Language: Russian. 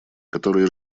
которые